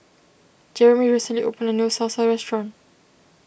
Jerimy recently opened a new Salsa restaurant